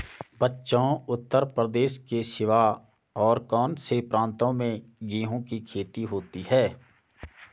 बच्चों उत्तर प्रदेश के सिवा और कौन से प्रांतों में गेहूं की खेती होती है?